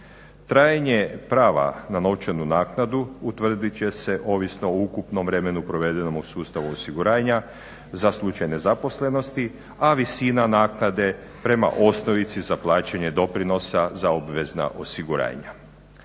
Trajanje prava na novčanu naknadu utvrdit će se ovisno o ukupnom vremenu provedenom u sustavu osiguranja za slučaj nezaposlenosti a visina naknade prema osnovici za plaćanje doprinosa za obvezna osiguranja.